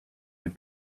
have